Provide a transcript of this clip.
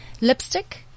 lipstick